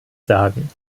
sagen